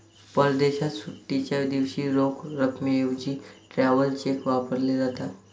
परदेशात सुट्टीच्या दिवशी रोख रकमेऐवजी ट्रॅव्हलर चेक वापरले जातात